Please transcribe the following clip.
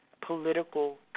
political